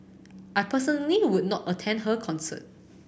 I personally would not attend her concert